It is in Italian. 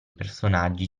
personaggi